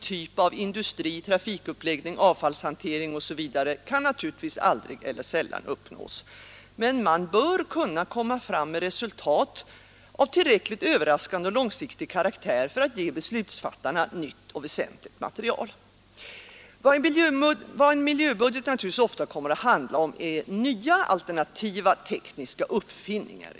Men det totala samhälleliga resultatet av en ning, avfallshantering e.d. kan givetvis man bör kunna komma fram med resultat av tillräckligt överraskande och långsiktig karaktär för att ge beslutsfattarna nytt och väsentligt material. En miljöbudget kommer mycket ofta att handla om nya alternativa tekniska uppfinningar.